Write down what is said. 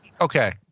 okay